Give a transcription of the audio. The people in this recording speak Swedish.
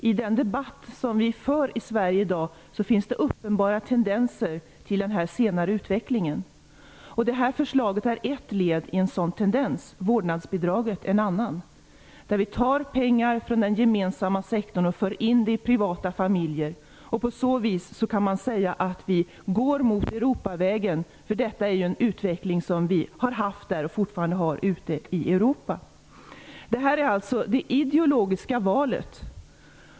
I den debatt som förs i Sverige i dag finns det uppenbara tendenser till den senare utvecklingen. Det här förslaget är ett led när det gäller en sådan tendens, vårdnadsbidraget ett annat. Vi tar ju pengar från den gemensamma sektorn och för in dem i privata familjer. Man kan säga att vi på så vis går mot Europavägen -- detta är ju en utveckling som har funnits och som fortfarande finns ute i Det handlar alltså om det ideologiska valet.